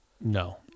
No